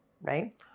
right